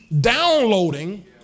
downloading